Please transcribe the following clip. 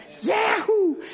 Yahoo